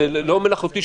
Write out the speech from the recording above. שום דבר לא מלאכותי,